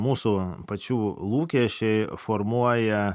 mūsų pačių lūkesčiai formuoja